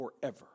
forever